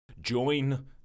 Join